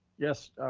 yes,